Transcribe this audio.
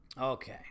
okay